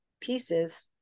pieces